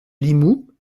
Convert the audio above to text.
limoux